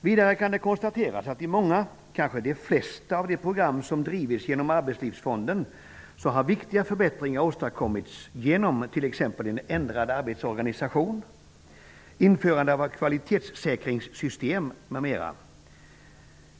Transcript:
Vidare kan konstateras att i många, kanske de flesta, av de program som drivits genom Arbetlivsfonden har viktiga förbättringar åstadkommits genom t.ex. ändrad arbetsorganisation och införande av kvalitetssäkringssystem.